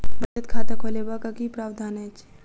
बचत खाता खोलेबाक की प्रावधान अछि?